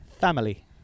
Family